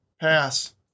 Pass